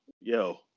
yo